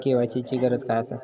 KYC ची काय गरज आसा?